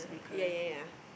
ya ya ya